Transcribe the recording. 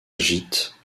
gîte